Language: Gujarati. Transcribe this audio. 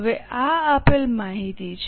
હવે આ આપેલ માહિતી છે